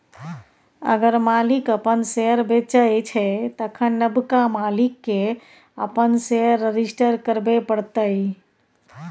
अगर मालिक अपन शेयर बेचै छै तखन नबका मालिक केँ अपन शेयर रजिस्टर करबे परतै